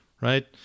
right